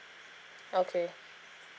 okay